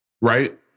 Right